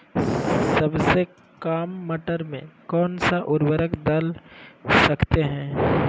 सबसे काम मटर में कौन सा ऊर्वरक दल सकते हैं?